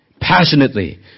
passionately